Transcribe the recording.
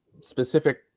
specific